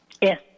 Yes